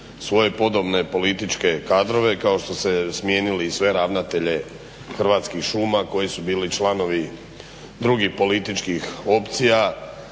svoje podobne političke kadrove kao što ste smijenili i sve ravnatelje Hrvatskih šuma koji su bili članovi drugih političkih opcija,